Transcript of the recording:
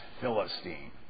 Philistine